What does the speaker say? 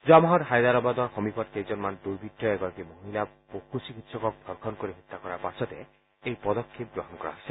যোৱা মাহত হায়দৰাবাদৰ সমীপত কেইজনমান দূৰ্বত্তই এগৰাকী মহিলা পশু চিকিৎসকক ধৰ্ষণ কৰি হত্যা কৰাৰ পাছতে এই পদক্ষেপ গ্ৰহণ কৰা হৈছে